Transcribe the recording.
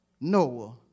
Noah